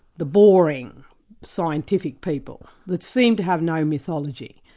the boring scientific people, that seem to have no mythology.